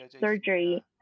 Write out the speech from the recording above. surgery